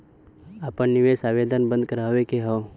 आपन निवेश आवेदन बन्द करावे के हौ?